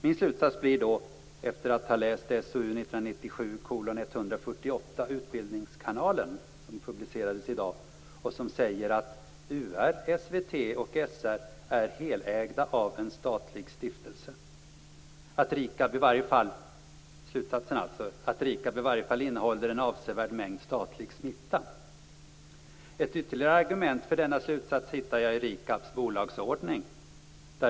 Men jag har läst SoU 1997:148, Utbildningskanalen, som publiceras i dag. Enligt den är UR, SVT och SR helägda av en statlig stiftelse. Då blir min slutsats att RIKAB i varje fall innehåller en avsevärd mängd statlig smitta. Ett ytterligare argument för denna slutsats hittar jag i RIKAB:s bolagsordning.